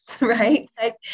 right